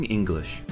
English